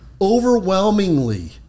overwhelmingly